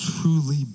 truly